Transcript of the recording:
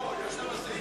לא.